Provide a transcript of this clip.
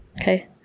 okay